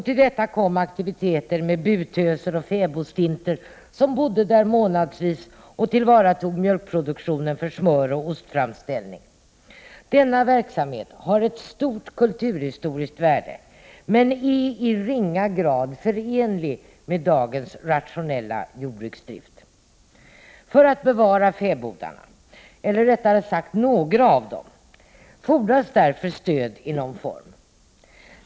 Till detta kom aktiviteter med butöser eller fäbodstintor som bodde där månadsvis och tillvaratog mjölkproduktionen för smöroch ostframställning. Denna verksamhet har ett stort kulturhistoriskt värde men är i ringa grad förenlig med dagens rationella jordbruksdrift. För att bevara fäbodarna, eller rättare sagt några av dem, fordras därför stöd i någon form.